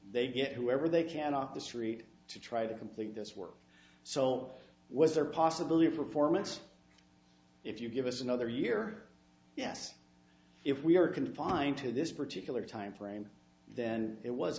they get whoever they can off the street to try to complete this work so was there a possibility of performance if you give us another year yes if we are confined to this particular timeframe then it was